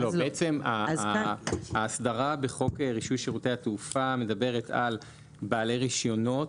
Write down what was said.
בעצם ההסדרה בחוק רישוי שירותי התעופה מדברת על בעלי רישיונות,